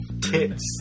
tits